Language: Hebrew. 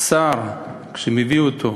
השר שהביא אותו,